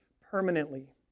permanently